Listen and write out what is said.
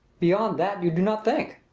beyond that you do not think.